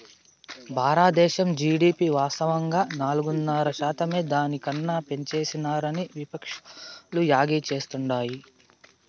బారద్దేశం జీడీపి వాస్తవంగా నాలుగున్నర శాతమైతే దాని కన్నా పెంచేసినారని విపక్షాలు యాగీ చేస్తాండాయి